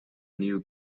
new